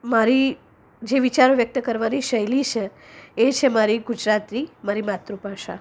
મારી જે વિચારો વ્યકત કરવાની સહેલી છે એ છે મારી ગુજરાતી મારી માતૃભાષા